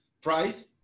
Price